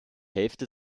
hälfte